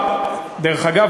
דרך אגב,